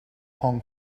hong